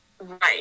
Right